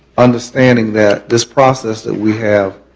understanding that this process that we have